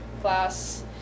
class